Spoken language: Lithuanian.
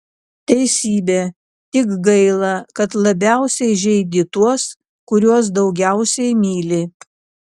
teisybė tik gaila kad labiausiai žeidi tuos kuriuos daugiausiai myli